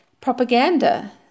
propaganda